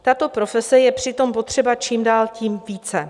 Tato profese je přitom potřeba čím dál tím více.